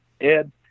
Ed